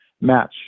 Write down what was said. match